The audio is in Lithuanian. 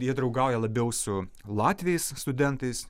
jie draugauja labiau su latviais studentais